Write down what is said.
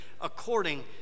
according